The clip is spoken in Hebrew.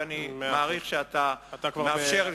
ואני מעריך את זה שאתה מאפשר לי,